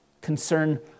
concern